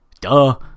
Duh